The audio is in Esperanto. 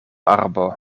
arbo